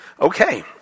Okay